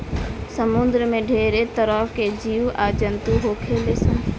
समुंद्र में ढेरे तरह के जीव आ जंतु होले सन